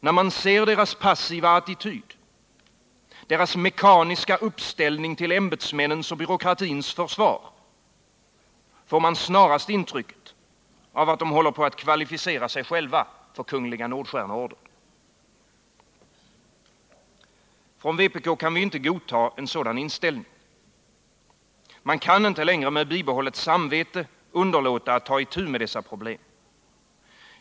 När man ser deras passiva attityd, deras mekaniska uppställning till ämbetsmännens och byråkratins försvar, får man snarast intrycket att de håller på att kvalificera sig själva för kungl. Nordstjärneorden. Vpk kan inte godta en sådan inställning. Man kan inte längre med bibehållet samvete underlåta att ta itu med dessa problem.